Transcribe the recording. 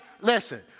listen